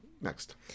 Next